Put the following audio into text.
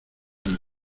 del